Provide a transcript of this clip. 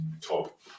top